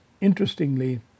interestingly